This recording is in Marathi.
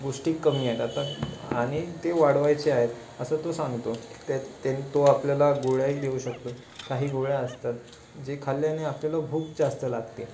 गोष्टी कमी आहेत आता आणि ते वाढवायचे आहेत असं तो सांगतो त्या ते तो आपल्याला गोळ्याही देऊ शकतो काही गोळ्या असतात जे खाल्ल्याने आपल्याला भूक जास्त लागते